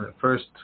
first